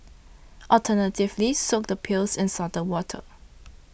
alternatively soak the peels in salted water